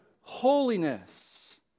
holiness